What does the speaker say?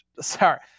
sorry